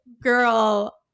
girl